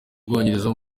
bwongereza